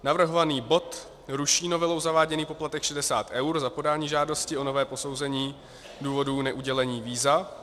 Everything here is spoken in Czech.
Navrhovaný bod ruší novelou zaváděný poplatek 60 eur za podání žádosti o nové posouzení důvodů neudělení víza.